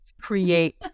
create